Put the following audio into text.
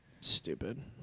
Stupid